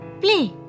play